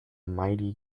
mighty